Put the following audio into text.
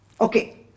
okay